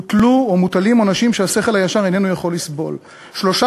הוטלו או מוטלים עונשים שהשכל הישר איננו יכול לסבול: שלושה